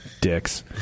dicks